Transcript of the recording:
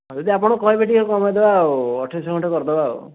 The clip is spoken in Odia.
ହଁ ଆପଣ ଯଦି କହିବେ ଟିକିଏ କମାଇ ଦେବା ଆଉ ଅଠେଇଶ ଶହ ଖଣ୍ଡେ କରିଦେବା ଆଉ